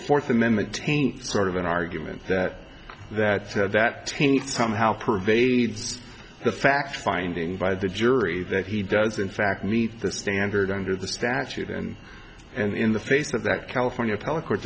fourth amendment taint sort of an argument that that said that somehow pervades the fact finding by the jury that he does in fact meet the standard under the statute and and in the face of that california tell a court